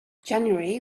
january